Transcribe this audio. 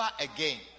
again